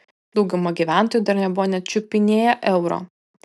dauguma gyventojų dar nebuvo net čiupinėję euro